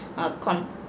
err con~